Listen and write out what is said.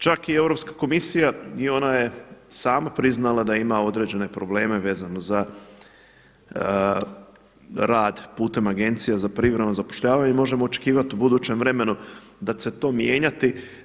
Čak i Europska komisija i ona je sama priznala da ima određene probleme vezano za rad putem agencija za privremeno zapošljavanje i možemo očekivati u budućem vremenu da će se to mijenjati.